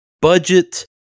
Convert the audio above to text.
budget